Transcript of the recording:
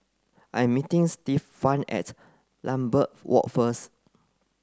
I am meeting Stefan at Lambeth Walk first